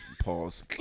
pause